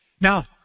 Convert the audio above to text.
Now